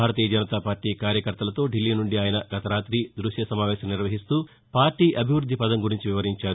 భారతీయజనతాపార్టీ కార్యకర్తలతో ఢిల్లీనుండి ఆయన గత రాతి దృశ్య సమావేశం నిర్వహిస్తూ పార్టీ అభివృద్ది పధం గురించి వివరించారు